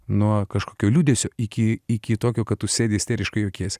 nuo kažkokio liūdesio iki iki tokio kad tu sėdi isteriškai juokiesi